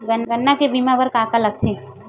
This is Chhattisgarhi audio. गन्ना के बीमा बर का का लगथे?